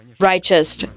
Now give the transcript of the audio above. Righteous